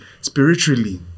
Spiritually